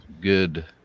good